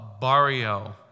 barrio